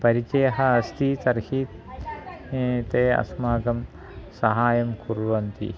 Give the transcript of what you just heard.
परिचयः अस्ति तर्हि ते अस्माकं सहायं कुर्वन्ति